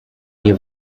nie